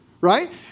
right